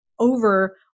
over